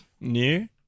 New